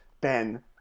Ben